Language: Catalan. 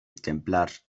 exemplars